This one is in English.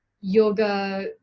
yoga